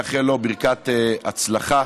לאחל לו ברכת הצלחה